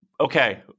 okay